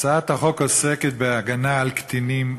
הצעת החוק עוסקת בהגנה על קטינים.